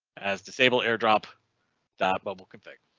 as disable airdrop dot bubble config.